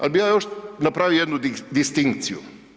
Al bi ja još napravio jednu distinkciju.